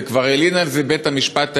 וכבר הלין על זה בית-המשפט העליון,